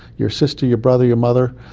your sister, your brother, your mother,